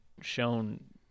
shown